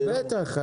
בטח.